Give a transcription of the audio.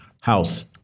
House